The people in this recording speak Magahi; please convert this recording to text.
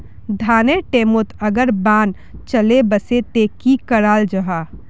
धानेर टैमोत अगर बान चले वसे ते की कराल जहा?